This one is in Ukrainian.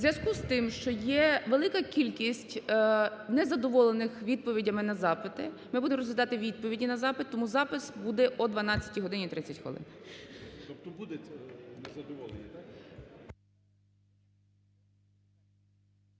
У зв'язку з тим, що є велика кількість не задоволених відповідями на запити, ми будемо розглядати відповіді на запити. Тому запис буде о 12 годині 30 хвилин.